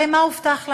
הרי מה הובטח להם?